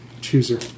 Chooser